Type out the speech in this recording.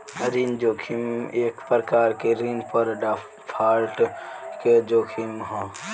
ऋण जोखिम एक प्रकार के ऋण पर डिफॉल्ट के जोखिम ह